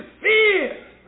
fear